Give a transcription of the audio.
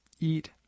eat